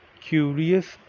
curious